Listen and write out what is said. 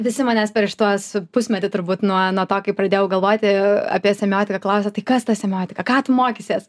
visi manęs per šituos pusmetį turbūt nuo nuo to kai pradėjau galvoti apie semiotiką klausia tai kas ta semiotika ką tu mokysies